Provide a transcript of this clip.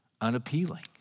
unappealing